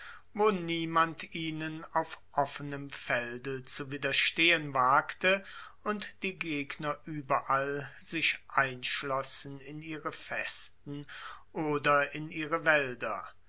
wo niemand ihnen auf offenem felde zu widerstehen wagte und die gegner ueberall sich einschlossen in ihre festen oder in ihre waelder